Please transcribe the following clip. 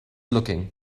looking